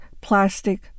plastic